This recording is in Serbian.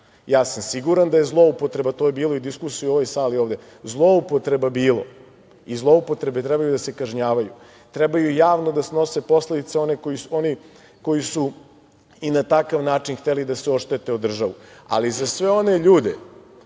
sam da je zloupotreba bilo, to je bilo diskusija i u ovoj sali ovde, zloupotreba je bilo i zloupotrebe treba da se kažnjavaju, trebaju javno da snose posledice oni koji su i na takav način hteli da se oštete o državu ali, za sve one ljude